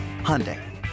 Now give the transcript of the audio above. Hyundai